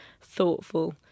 thoughtful